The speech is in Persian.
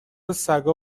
سگا